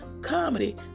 comedy